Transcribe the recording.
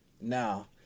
Now